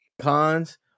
cons